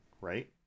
right